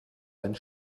einen